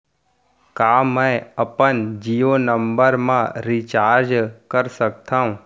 का मैं अपन जीयो नंबर म रिचार्ज कर सकथव?